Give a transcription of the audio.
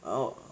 然后